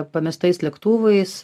pamestais lėktuvais